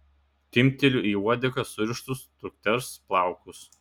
timpteliu į uodegą surištus dukters plaukus